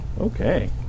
Okay